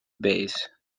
base